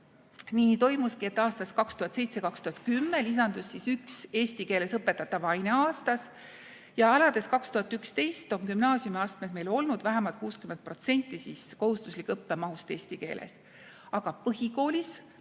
Nii toimuski, et 2007–2010 lisandus üks eesti keeles õpetatav aine aastas. Ja alates 2011. aastast on gümnaasiumiastmes meil olnud vähemalt 60% kohustusliku õppe mahust eesti keeles. Aga põhikoolis,